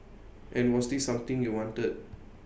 and was this something you wanted